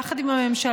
יחד עם הממשלה,